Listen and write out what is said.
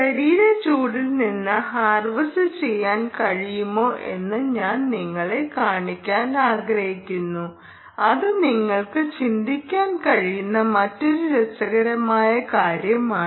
ശരീര ചൂടിൽ നിന്ന് ഹാർവെസ്റ്റ് ചെയ്യാൻ കഴിയുമോ എന്ന് ഞാൻ നിങ്ങളെ കാണിക്കാൻ ആഗ്രഹിക്കുന്നു അത് നിങ്ങൾക്ക് ചിന്തിക്കാൻ കഴിയുന്ന മറ്റൊരു രസകരമായ കാര്യമാണ്